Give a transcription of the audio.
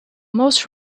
most